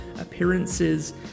appearances